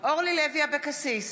אורלי לוי אבקסיס,